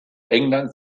englands